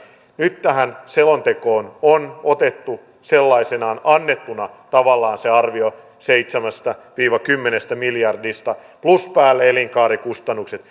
nyt tähän selontekoon on otettu sellaisenaan annettuna tavallaan se arvio seitsemästä viiva kymmenestä miljardista plus päälle elinkaarikustannukset